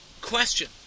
question